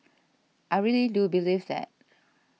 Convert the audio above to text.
I really do believe that